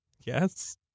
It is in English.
Yes